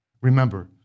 remember